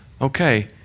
Okay